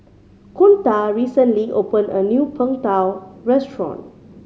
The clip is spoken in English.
kunta recently opened a new Png Tao restaurant